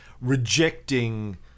rejecting